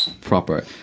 proper